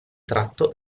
tratto